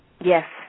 yes